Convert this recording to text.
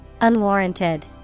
Unwarranted